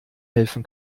helfen